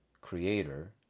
Creator